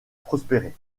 prospérer